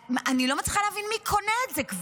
אני כבר לא מצליחה להבין מי קונה את זה.